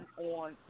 on